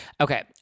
Okay